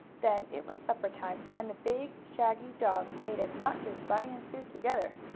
then it was supper time, and the big, shaggy dog ate as much as bunny and sue together,